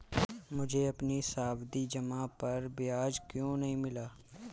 मुझे अपनी सावधि जमा पर ब्याज क्यो नहीं मिला?